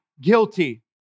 guilty